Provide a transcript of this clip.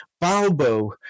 Balbo